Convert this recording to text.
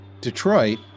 Detroit